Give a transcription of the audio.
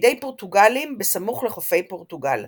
בידי פורטוגלים בסמוך לחופי פורטוגל.